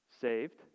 Saved